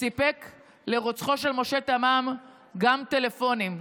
סיפק לרוצחו של משה תמם גם טלפונים.